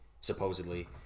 supposedly